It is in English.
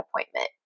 appointment